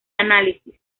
análisis